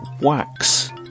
wax